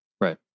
Right